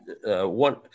one